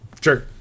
Sure